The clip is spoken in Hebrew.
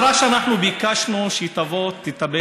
את עדת